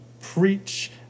preach